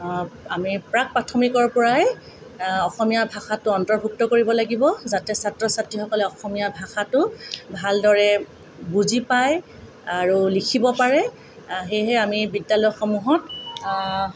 আমি প্ৰাক প্ৰাথমিকৰপৰাই অসমীয়া ভাষাটো অন্তৰ্ভুক্ত কৰিব লাগিব যাতে ছাত্ৰ ছাত্ৰীসকলে অসমীয়া ভাষাটো ভালদৰে বুজি পায় আৰু লিখিব পাৰে সেয়েহে আমি বিদ্যালয়সমূহত